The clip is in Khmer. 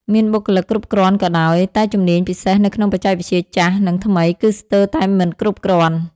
មានបុគ្គលិកគ្រប់គ្រាន់ក៏ដោយ តែជំនាញពិសេសនៅក្នុងបច្ចេកវិទ្យាចាស់ និងថ្មីគឺស្ទើរតែមិនគ្រប់គ្រាន់។